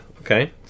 okay